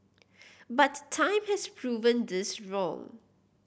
but time has proven this wrong